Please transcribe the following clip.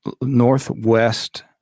northwest